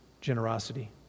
generosity